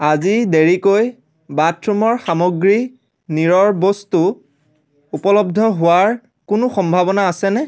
আজি দেৰিকৈ বাথৰুমৰ সামগ্ৰী নীৰৰ বস্তু উপলব্ধ হোৱাৰ কোনো সম্ভাৱনা আছেনে